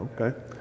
okay